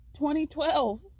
2012